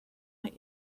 that